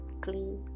clean